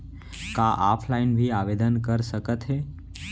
का ऑफलाइन भी आवदेन कर सकत हे?